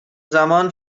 زمان